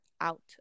out